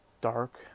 dark